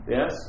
Yes